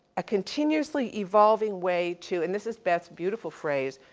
a continuously evolving way to, and this is beth's beautiful phrase,